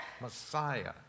Messiah